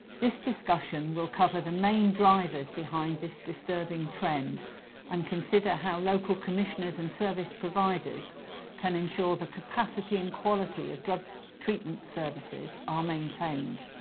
this discussion will cover the main drivers behind this disturbing trend and consider how local commissioners and service providers can ensure that the capacity and quality of drug treatment services are maintained.